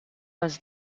was